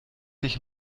dich